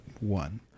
one